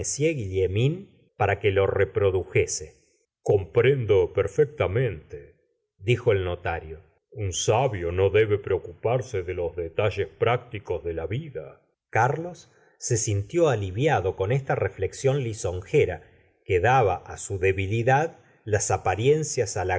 uillaumin para que lo reprodujese comprendo perfectamente dijo el notario un sabio no debe preocuparse de los detalles prácticos de la vida carlos se sintió aliviado con esta reflexión lisonjera que daba á su debilidad las apariencias